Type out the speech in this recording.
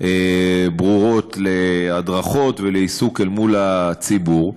ברורות להדרכה ולעיסוק מול הציבור,